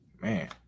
Man